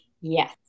Yes